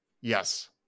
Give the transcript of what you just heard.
Yes